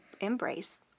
embrace